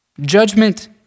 Judgment